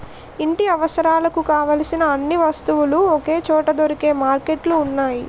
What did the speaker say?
ఇంటి అవసరాలకు కావలసిన అన్ని వస్తువులు ఒకే చోట దొరికే మార్కెట్లు ఉన్నాయి